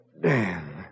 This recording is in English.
Dan